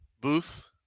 Booth